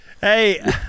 hey